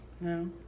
No